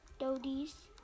Dodies